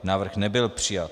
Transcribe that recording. Návrh nebyl přijat.